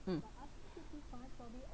mm